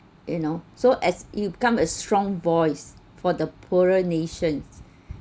you know so as you become a strong voice for the poorer nations